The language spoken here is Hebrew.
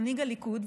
מנהיג הליכוד,